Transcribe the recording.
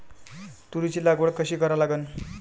तुरीची लागवड कशी करा लागन?